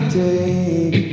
take